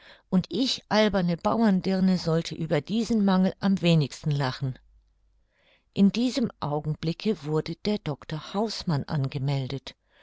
und ich alberne bauerndirne sollte über diesen mangel am wenigsten lachen in diesem augenblicke wurde der dr hausmann angemeldet